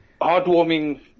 heartwarming